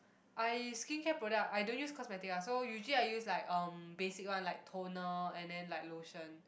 I skincare product I don't use cosmetic ah so usually I use like um basic one like toner and then like lotion